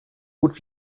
gut